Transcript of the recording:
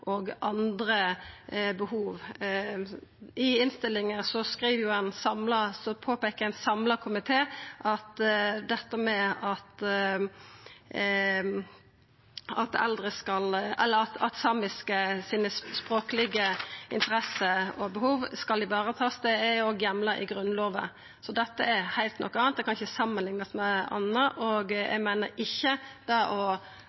og andre behov. I innstillinga påpeiker ein samla komité at ein skal vareta dei samiske eldre sine språklege interesser og behov. Det er òg heimla i Grunnlova. Dette er noko heilt anna, og det kan ikkje samanliknast med noko anna. Eg meiner ikkje at det at dette vert omtalt i lovteksten, er med på å